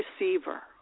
receiver